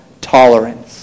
tolerance